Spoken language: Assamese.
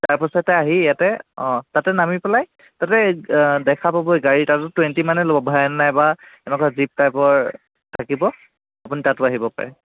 তাৰপাছতে আহি ইয়াতে অঁ তাতে নামি পেলাই তাতে দেখা পাবই গাড়ী তাতে টুৱেণ্টী মানে ল'ব ভেন নাইবা এনেকুৱা জীপ টাইপৰ থাকিব আপুনি তাতো আহিব পাৰে